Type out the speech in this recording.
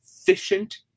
efficient